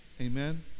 amen